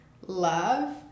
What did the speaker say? love